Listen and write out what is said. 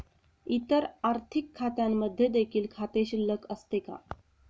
इतर आर्थिक खात्यांमध्ये देखील खाते शिल्लक असते का?